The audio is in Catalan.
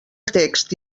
text